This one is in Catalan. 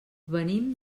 venim